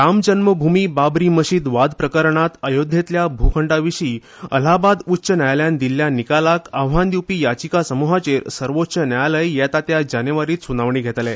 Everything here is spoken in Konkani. रामजल्मभूंय बाबरी मशीद वाद प्रकरणांत अयोध्येंतल्या भुगंडा विशीं अलाहाबाद उच्च न्यायालयान दिल्ल्या निकालाक आव्हान दिवपी याचिका समुहाचेर सर्वोच्च न्यायालय येता त्या जानेवारींत सुनावणी घेतले